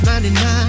99